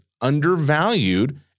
undervalued